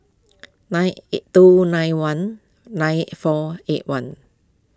nine two nine one nine four eight one